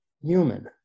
Human